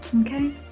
Okay